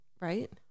Right